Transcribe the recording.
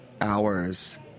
hours